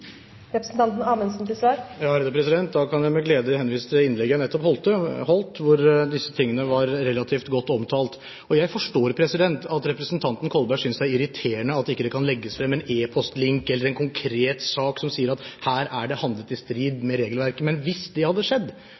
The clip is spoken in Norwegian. representanten Kolberg synes det er irriterende at det ikke kan legges frem en e-post-link eller en konkret sak som sier at her er det handlet i strid med regelverket. Men hvis det hadde skjedd,